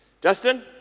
Dustin